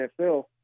NFL